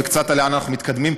וקצת לאן אנחנו מתקדמים,